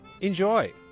Enjoy